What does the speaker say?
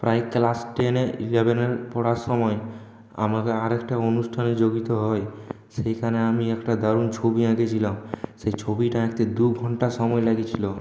প্রায় ক্লাস টেনে ইলেভেনে পড়ার সময় আমাকে আরেকটা অনুষ্ঠানে যোগ দিতে হয় সেখানে আমি একটা দারুণ ছবি এঁকেছিলাম সেই ছবিটা আঁকতে দুঘণ্টা সময় লেগেছিল